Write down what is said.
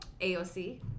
AOC